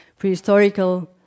prehistorical